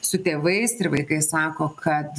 su tėvais ir vaikai sako kad